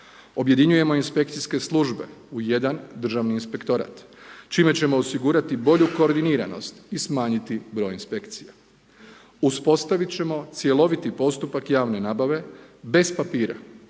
Objedinjujemo inspekcijske službe u jedan državni inspektorat čime ćemo osigurati bolju koordiniranost i smanjiti broj inspekcija. Uspostaviti ćemo cjeloviti postupak javne nabave bez papira